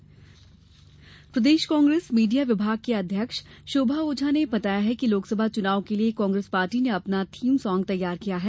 Congress theme song प्रदेश Congress media विभाग की अध्यक्ष शोभा ओझा ने बताया है कि लोकसभा चुनाव के लिये कांग्रेस पार्टी ने अपना थीम साँग तैयार किया है